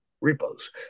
repos